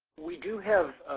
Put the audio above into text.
we do have,